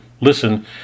listen